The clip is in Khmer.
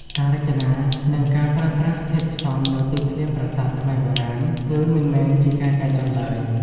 ការរចនា និងការប្រើប្រាស់ធាតុផ្សំនៅទីធ្លាប្រាសាទខ្មែរបុរាណ គឺមិនមែនជាការចៃដន្យឡើយ។